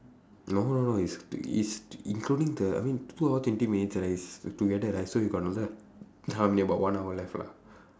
no no no it's to~ it's including the I mean two hour twenty minutes right is together right so we got another how many about one hour left lah